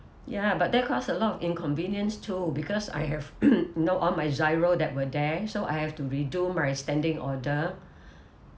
ya but that cost a lot of inconvenience too because I have no all my GIRO that were there so I have to redo my standing order